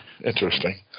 Interesting